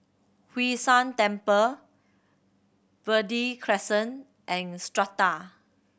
Hwee San Temple Verde Crescent and Strata